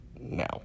Now